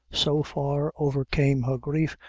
so far overcame her grief,